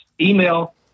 email